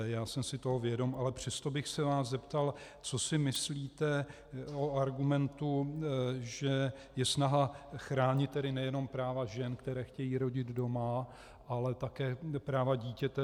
Já jsem si toho vědom, ale přesto bych se vás zeptal, co si myslíte o argumentu, že je snaha chránit nejenom práva žen, které chtějí rodit doma, ale také práva dítěte.